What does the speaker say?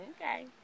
Okay